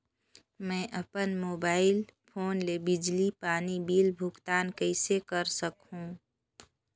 मैं अपन mobile phone ले बिजली पानी बिल भुगतान कइसे कर सकहुं?